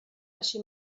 així